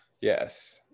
yes